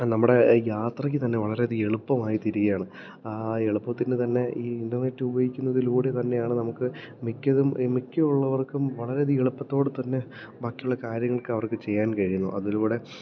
നമ്മുടെ യാത്രയ്ക്ക് തന്നെ വളരെയധികം എളുപ്പമായിത്തീരുകയാണ് എളുപ്പത്തിന് തന്നെ ഈ ഇൻറ്റർനെറ്റ് ഉപയോഗിക്കുന്നതിലൂടെ തന്നെയാണ് നമുക്ക് മിക്കതും മിക്കയുള്ളവർക്കും വളരെയധികം എളുപ്പത്തോടെത്തന്നെ ബാക്കിയുള്ള കാര്യങ്ങൾ ഒക്കെ അവർക്ക് ചെയ്യാൻ കഴിയുന്നു അതിലൂടെ